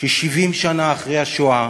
ש-70 שנה אחרי השואה